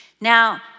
Now